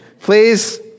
Please